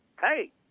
hey